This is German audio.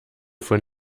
von